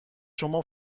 شما